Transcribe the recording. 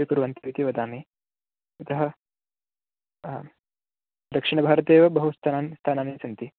स्वीकुर्वन्ति इति वदामि अतः दक्षिण भारते एव बहु स्थान स्थानानि सन्ति